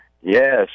Yes